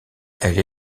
elle